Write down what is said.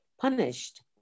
punished